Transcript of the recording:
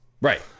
Right